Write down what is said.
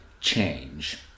change